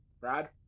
Brad